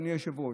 אדוני היושב-ראש,